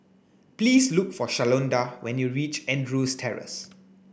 please look for Shalonda when you reach Andrews Terrace